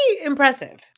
impressive